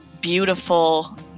beautiful